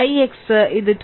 ix ഇത് 2